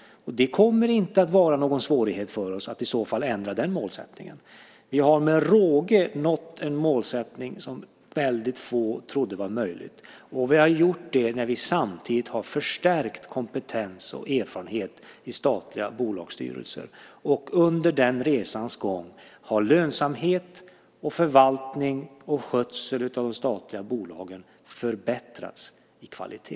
Det kommer inte att vara någon svårighet för oss att i så fall ändra den målsättningen. Vi har med råge nått en målsättning som väldigt få trodde var möjlig. Och vi har gjort det samtidigt som vi har förstärkt kompetens och erfarenhet i statliga bolagsstyrelser. Och under den resans gång har lönsamhet och förvaltning och skötsel av de statliga bolagen förbättrats i kvalitet.